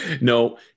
No